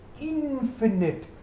infinite